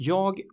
Jag